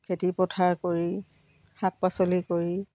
খেতি পথাৰ কৰি শাক পাচলি কৰি